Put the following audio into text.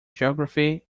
geography